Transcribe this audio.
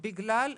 בגלל,